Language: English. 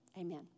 amen